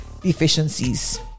deficiencies